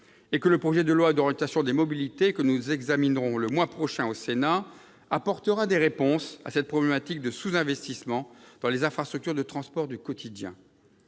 -et que le projet de loi d'orientation des mobilités que nous examinerons le mois prochain au Sénat apportera des réponses à la problématique du sous-investissement dans les infrastructures de transports du quotidien.